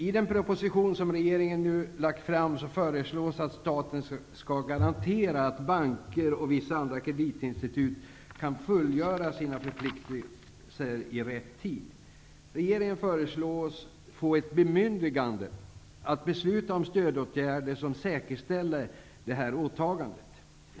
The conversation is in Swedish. I den proposition som regeringen nu har lagt fram föreslås att staten skall garantera att banker och vissa andra kreditinstitut kan fullgöra sina förpliktelser i rätt tid. Regeringen föreslås få ett bemyndigande att besluta om stödåtgärder som säkerställer detta åtagande.